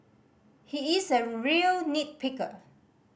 he is a real nit picker